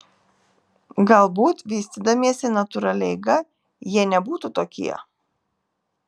galbūt vystydamiesi natūralia eiga jie nebūtų tokie